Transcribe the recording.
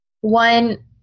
One